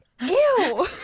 Ew